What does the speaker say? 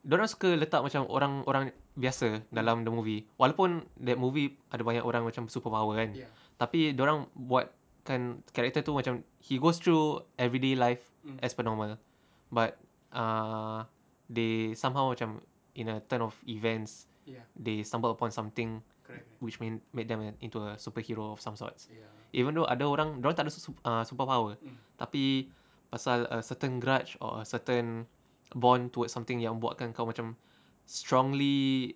dorang suka letak macam orang-orang biasa dalam the movie walaupun that movie ada banyak orang macam superpower kan tapi dorang buatkan character tu macam he goes through everyday life as per normal but uh they somehow macam in a turn of events they stumble upon something which ma~ made them into a superhero of some sort even though ada orang dorang tak ada super~ ah superpower tapi a certain grudge or a certain bond towards something yang buatkan kau macam strongly